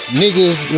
niggas